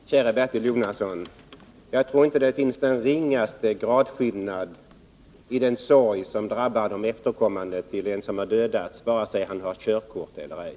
Herr talman! Käre Bertil Jonasson! Jag tror inte det finns den ringaste gradskillnad i den sorg som drabbar efterlevande till den som har dödats, vare sig denne hade körkort eller ej.